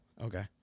okay